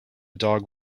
dog